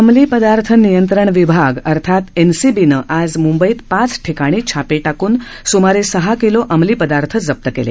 अंमली पदार्थ नियंत्रण विभाग एनसीबीने आज मुंबईत पाच ठिकाणी छापे टाकून सुमारे सहा किलो अंमलीपदार्थ जप्त केले